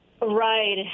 Right